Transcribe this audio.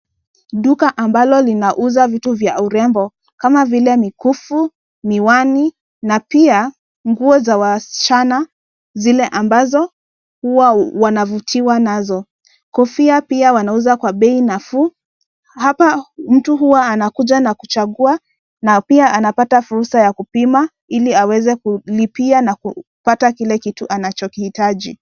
Duka ambalo linauza vitu vya urembo kama vile: mikufu, miwani na pia, nguo za wasichana, zile ambazo huwa wanavutiwa nazo. Kofia pia wanauza kwa bei nafuu. Hapa, mtu huwa anakuja na kuchagua na pia anapata fursa ya kupima iliaweze kulipia na kupata kile kitu anachokihitaji.